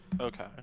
Okay